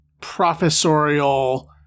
professorial